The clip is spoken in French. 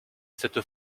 cette